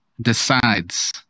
decides